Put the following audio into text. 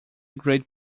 great